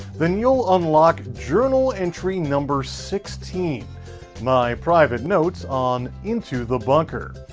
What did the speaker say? then you'll unlock journal entry number sixteen my private notes on into the bunker!